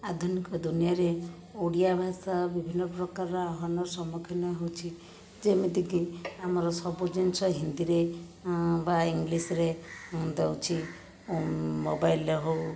ଆଧୁନିକ ଦୁନିଆରେ ଓଡିଆ ଭାଷା ବିଭିନ୍ନ ପ୍ରକାରର ଆହ୍ଵାନର ସମ୍ମୁଖୀନ ହେଉଛି ଯେମିତିକି ଆମର ସବୁଜିନିଷ ହିନ୍ଦୀରେ ବା ଇଂଲିଶରେ ଦେଉଛି ମୋବାଇଲରେ ହେଉ